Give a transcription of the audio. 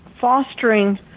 fostering